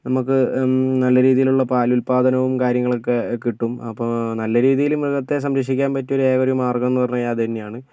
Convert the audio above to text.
നമുക്ക് നല്ല രീതിയിലുള്ള പാലുത്പാദനം കാര്യങ്ങളൊക്കെ കിട്ടും അപ്പോൾ നല്ല രീതിയിൽ മൃഗത്തെ സംരക്ഷിക്കാൻ പറ്റിയ ഒരു മാർഗ്ഗം എന്ന് പറഞ്ഞ് കഴിഞ്ഞാൽ അത് തന്നെയാണ്